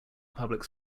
public